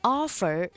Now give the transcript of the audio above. offer